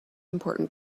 important